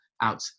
out